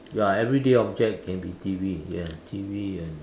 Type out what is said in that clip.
ya everyday object can be T_V ya T_V and